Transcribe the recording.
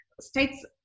states